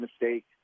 mistake